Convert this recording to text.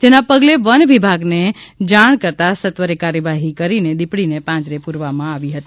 જેના પગલે વનવિભાગને જામ કરતા સત્વરે કાર્યવાહી કરીને દીપડીને પાંજરે પૂરવામાં આવી હતી